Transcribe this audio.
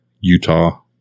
Utah